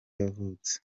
yavutse